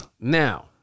Now